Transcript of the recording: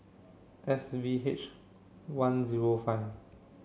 S V H one zero five